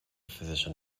physician